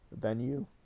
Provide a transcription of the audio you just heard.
venue